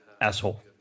asshole